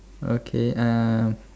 okay uh